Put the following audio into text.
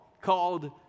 called